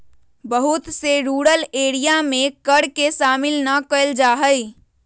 बहुत से rural area में कर के शामिल ना कइल जा हई